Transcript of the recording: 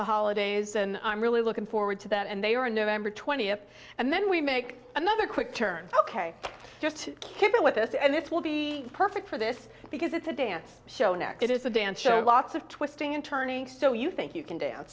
the holidays and i'm really looking forward to that and they are november twentieth and then we make another quick turn ok just kidding with this and this will be perfect for this because it's a dance show next it is a dance show lots of twisting and turn so you think you can dance